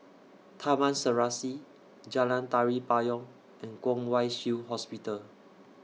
Taman Serasi Jalan Tari Payong and Kwong Wai Shiu Hospital